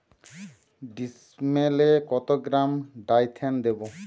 ডিস্মেলে কত গ্রাম ডাইথেন দেবো?